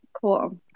Cool